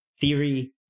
theory